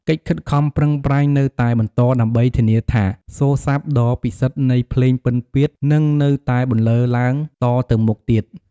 កិច្ចខិតខំប្រឹងប្រែងនៅតែបន្តដើម្បីធានាថា សូរ្យស័ព្ទដ៏ពិសិដ្ឋនៃភ្លេងពិណពាទ្យនឹងនៅតែបន្លឺឡើងតទៅមុខទៀត។